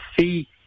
see